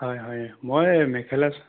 হয় হয় মই মেখেলচ